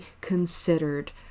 considered